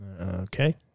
Okay